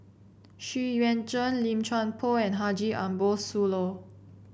Xu Yuan Zhen Lim Chuan Poh and Haji Ambo Sooloh